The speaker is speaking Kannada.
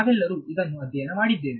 ನಾವೆಲ್ಲರೂ ಇದನ್ನು ಅಧ್ಯಯನ ಮಾಡಿದ್ದೇವೆ